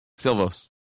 Silvos